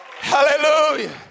Hallelujah